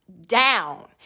down